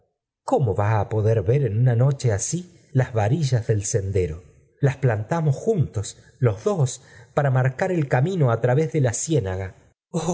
cómo va á poder ver mi una noche así las varillas del sendero las plantamos juntos los dos para marcar el camino á través de la